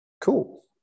cool